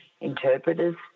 interpreters